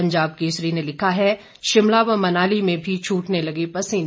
पंजाब केसरी ने लिखा है शिमला व मनाली में भी छूटने लगे पसीने